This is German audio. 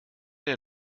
der